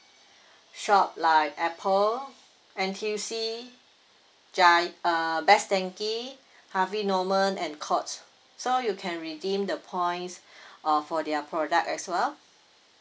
shop like apple N_T_U_C gia~ uh best denki harvey norman and courts so you can redeem the points uh for their product as well